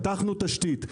פתחנו תשתית.